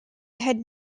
had